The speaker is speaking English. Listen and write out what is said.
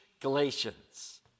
Galatians